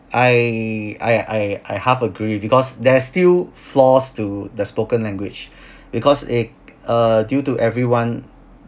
I I I I half agree because there're still flaws to the spoken language because if uh due to everyone